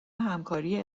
همکاری